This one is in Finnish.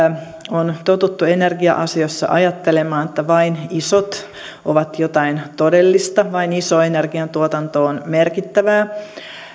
on totuttu energia asioissa ajattelemaan että vain isot ovat jotain todellista vain iso energiantuotanto on merkittävää